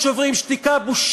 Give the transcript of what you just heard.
המקומות של הקניונים של הרכבות.